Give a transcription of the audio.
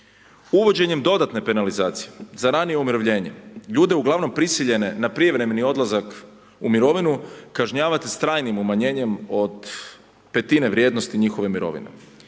Uvođenjem dodatne penalizacije za ranije umirovljenje, ljude uglavnom prisiljene na prijevremeni odlazak u mirovinu, kažnjavate s trajnim umanjenjem od 1/5 vrijednosti njihove mirovine.